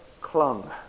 clung